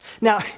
Now